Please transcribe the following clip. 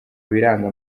biranga